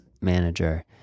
manager